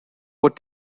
what